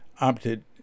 opted